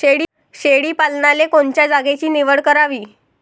शेळी पालनाले कोनच्या जागेची निवड करावी?